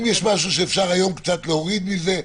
אם יש משהו שאפשר היום קצת להוריד מזה,